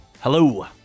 hello